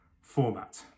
format